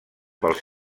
pels